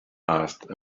asked